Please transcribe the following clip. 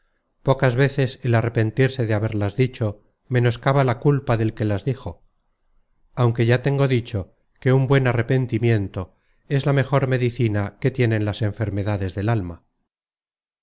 pocas veces el arrepentirse de haberlas dicho menoscaba la culpa del que las dijo aunque ya tengo dicho que un buen arrepentimiento es la mejor medicina que tienen las enfermedades del alma